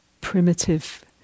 primitive